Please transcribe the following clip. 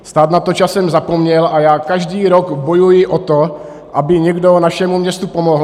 Stát na to časem zapomněl a já každý rok bojuji o to, aby někdo našemu městu pomohl.